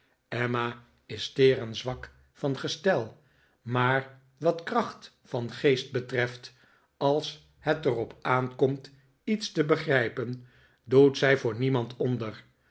emma is teer en zwak van gestel maar wat kracht van geest betreft als het er op aankomt iets te begrijpen doet zij voor niemand onder